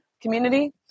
community